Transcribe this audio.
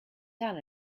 done